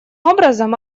образом